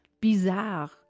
Bizarre